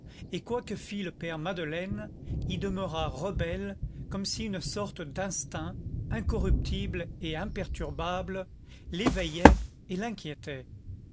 et quoi que fît le père madeleine y demeura rebelle comme si une sorte d'instinct incorruptible et imperturbable l'éveillait et l'inquiétait